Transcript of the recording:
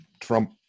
Trump